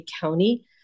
County